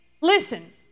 listen